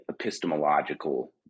epistemological